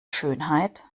schönheit